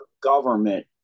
government